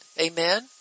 Amen